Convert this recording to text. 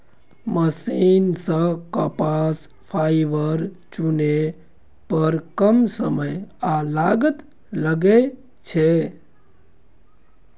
machine सं कपास fibre चुनै पर कम समय आ लागत लागै छै